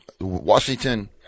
Washington